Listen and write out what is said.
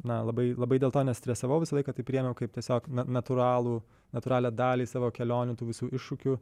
na labai labai dėl to nestresavau visą laiką tai priėmiau kaip tiesiog natūralų natūralią dalį savo kelionių tų visų iššūkių